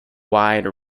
wide